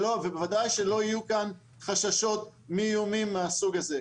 ובוודאי שלא יהיו כאן חששות ואיומים מהסוג הזה.